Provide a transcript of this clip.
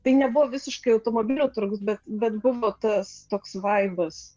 tai nebuvo visiškai automobilių turgus bet bet buvo tas toks vaibas